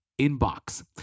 inbox